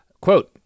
Quote